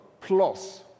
plus